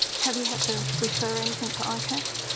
have you had to refer anything to icac?